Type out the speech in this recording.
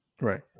Right